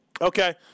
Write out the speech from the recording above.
Okay